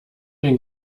den